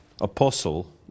Apostle